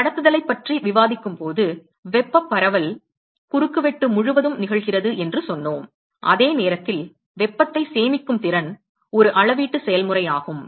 எனவே கடத்துதலைப் பற்றி விவாதிக்கும் போது வெப்பப் பரவல் குறுக்குவெட்டு முழுவதும் நிகழ்கிறது என்று சொன்னோம் அதே நேரத்தில் வெப்பத்தை சேமிக்கும் திறன் ஒரு அளவீட்டு செயல்முறையாகும்